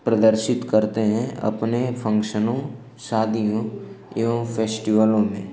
प्रदर्शित करते हैं अपने फन्क्शनों शादियों और फेस्टिवलों में